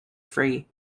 free